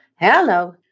Hello